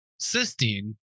cysteine